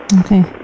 Okay